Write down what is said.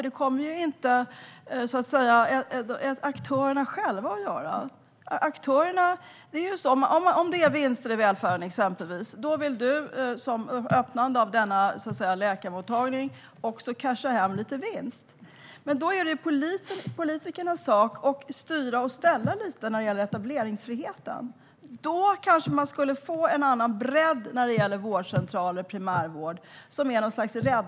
Det kommer inte aktörerna själva att göra. När det gäller frågan om vinster i välfärden, vill du när du öppnar denna läkarmottagning också casha hem lite vinst. Då är det politikernas sak att styra och ställa lite när det gäller etableringsfriheten. Då skulle det bli en annan bredd på vårdcentraler och primärvård.